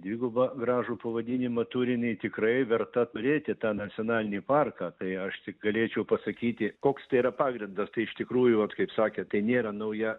dvigubą gražų pavadinimą turi jinai tikrai verta turėti tą nacionalinį parką tai aš tik galėčiau pasakyti koks tai yra pagrindas tai iš tikrųjų vat kaip sakėt tai nėra nauja